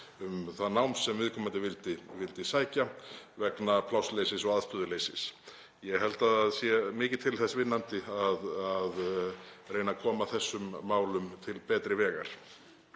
um það nám sem viðkomandi vildi sækja vegna plássleysis og aðstöðuleysis. Ég held að það sé mikið til þess vinnandi að reyna að koma þessum málum til betri vegar.